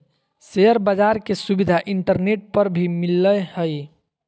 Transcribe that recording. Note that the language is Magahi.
शेयर बाज़ार के सुविधा इंटरनेट पर भी मिलय हइ